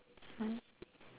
mm